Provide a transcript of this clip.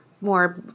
more